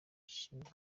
gishinzwe